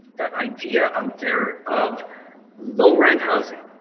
idea out there of low rent housing.